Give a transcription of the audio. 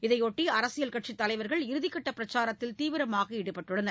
இதைபொட்டி அரசியல் கட்சித் தலைவர்கள் இறுதிக்கட்ட பிரச்சாரத்தில் தீவிரமாக ஈடுபட்டுள்ளனர்